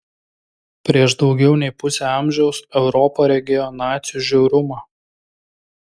prieš daugiau nei pusę amžiaus europa regėjo nacių žiaurumą